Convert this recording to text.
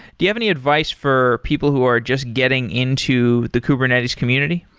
do you have any advice for people who are just getting into the kubernetes community?